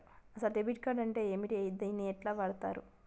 అసలు debit card అంటే ఏంటిది? దీన్ని ఎట్ల వాడుతరు?